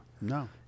No